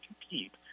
compete